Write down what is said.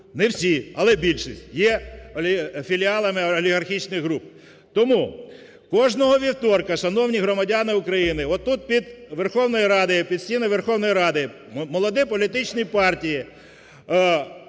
не всі, але більшість, є філіалами олігархічних груп. Тому кожного вівторка, шановні громадяни України, от тут під Верховною Радою, під стінами Верховної Ради молоді політичні партії: